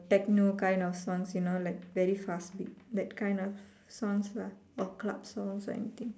techno kind of songs you know like very fast beat that kind of songs lah or club songs or anything